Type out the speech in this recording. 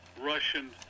russian